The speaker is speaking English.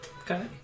Okay